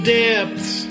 depths